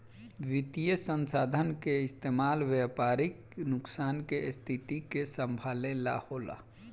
वित्तीय संसाधन के इस्तेमाल व्यापारिक नुकसान के स्थिति के संभाले ला होला